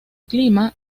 clima